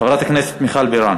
חברת הכנסת מיכל בירן,